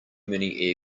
many